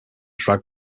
drag